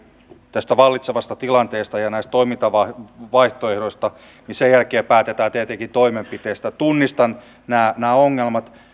tästä vallitsevasta tilanteesta ja näistä toimintavaihtoehdoista sen jälkeen päätetään tietenkin toimenpiteistä tunnistan nämä nämä ongelmat